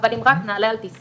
אבל אם רק נעלה על טיסה